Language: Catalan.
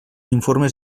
informes